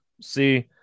see